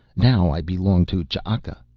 now i belong to ch'aka.